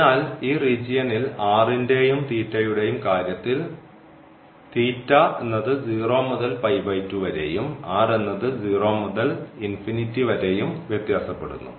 അതിനാൽ ഈ റീജിയനിൽ r ന്റെയും യുടെയും കാര്യത്തിൽ 0 മുതൽ വരെയും r 0 മുതൽ വരെയും വ്യത്യാസപ്പെടുന്നു